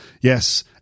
Yes